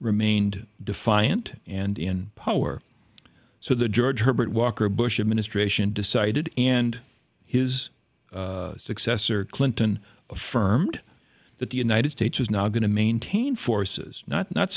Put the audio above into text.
remained defiant and in power so the george herbert walker bush administration decided and his successor clinton affirmed that the united states was not going to maintain forces not not